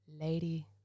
Lady